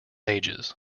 ages